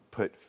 put